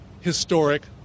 historic